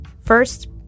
First